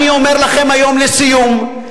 אני אומר לכם היום, לסיום: